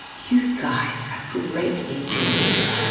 you guys ah great engineers.